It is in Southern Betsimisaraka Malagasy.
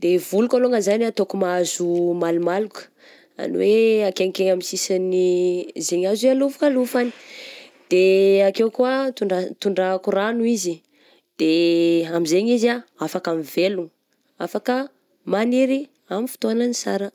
de i voliko alongany zany ataoko mahazo malomaloka izany hoe akenikeny amin'ny sisin'ny izay azo hialofalofany da akeo koa to-tandrahako ragno izy, de amin'izegny izy ah afaka mivelogna, afaka magniry amin'ny fotoanany sara.